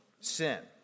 sin